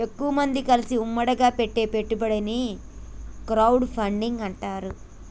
ఎక్కువమంది కలిసి ఉమ్మడిగా పెట్టే పెట్టుబడిని క్రౌడ్ ఫండింగ్ అంటారు